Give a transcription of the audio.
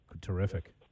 Terrific